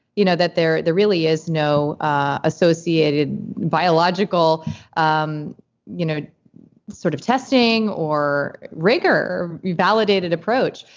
you know that there there really is no associated biological um you know sort of testing or rigor validated approach.